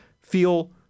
feel